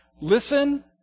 listen